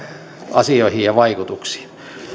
asioihin ja vaikutuksiin